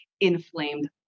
inflamed